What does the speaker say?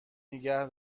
نیگه